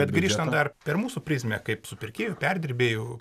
bet grįžtant dar per mūsų prizmę kaip supirkėjų perdirbėjų